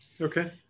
Okay